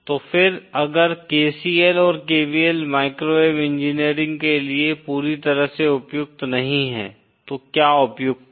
तोफिर अगर KCL और KVL microwave engineering के लिए पूरी तरह से उपयुक्त नहीं हैं तो क्या उपयुक्त है